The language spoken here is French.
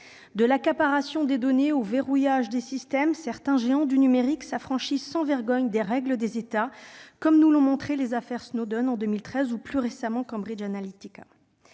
De l'accaparation des données au verrouillage du système, certains géants du numérique s'affranchissent sans vergogne des règles des États, comme nous l'ont montré les affaires Snowden en 2013 ou Cambridge Analytica